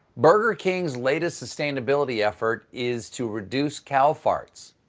burger king's latest sustain ability effort is to reduce cow farts,